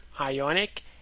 ionic